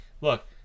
look